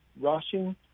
rushing